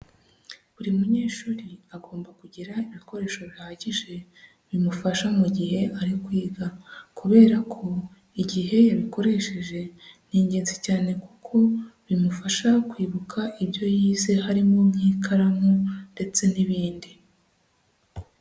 Buri munyeshuri agomba kugira ibikoresho bihagije bimufasha mu gihe ari kwiga kubera ko igihe yabikoresheje ni ingenzi cyane kuko bimufasha kwibuka ibyo yize, harimo nk'ikaramu ndetse n'ibindi.